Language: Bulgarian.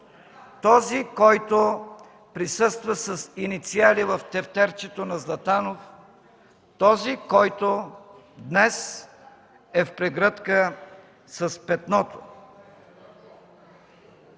този, който присъства с инициали в тефтерчето на Златанов, този, който днес е в прегръдка с Петното.